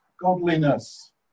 godliness